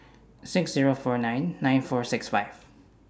six Zero four nine nine four six five